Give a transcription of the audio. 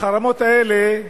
החרמות האלה,